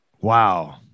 Wow